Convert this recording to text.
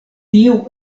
tiu